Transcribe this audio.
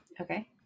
Okay